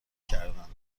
کردند